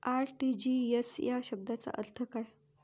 RTGS या शब्दाचा अर्थ काय?